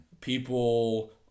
People